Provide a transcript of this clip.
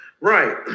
Right